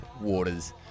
waters